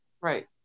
Right